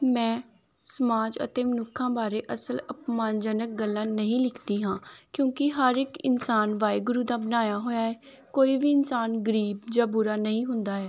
ਮੈਂ ਸਮਾਜ ਅਤੇ ਮਨੁੱਖਾਂ ਬਾਰੇ ਅਸਲ ਅਪਮਾਨਜਨਕ ਗੱਲਾਂ ਨਹੀਂ ਲਿਖਦੀ ਹਾਂ ਕਿਉਂਕਿ ਹਰ ਇੱਕ ਇਨਸਾਨ ਵਾਹਿਗੁਰੂ ਦਾ ਬਣਾਇਆ ਹੋਇਆ ਹੈ ਕੋਈ ਵੀ ਇਨਸਾਨ ਗਰੀਬ ਜਾਂ ਬੁਰਾ ਨਹੀਂ ਹੁੰਦਾ ਹੈ